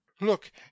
look